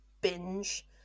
binge